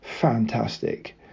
fantastic